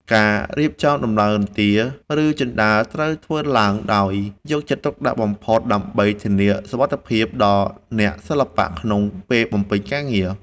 ការរៀបចំដំឡើងរន្ទា ឬជណ្ដើរត្រូវធ្វើឡើងដោយយកចិត្តទុកដាក់បំផុត ដើម្បីធានាសុវត្ថិភាពដល់អ្នកសិល្បៈក្នុងពេលបំពេញការងារ។